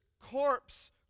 corpse